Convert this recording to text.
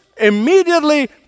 immediately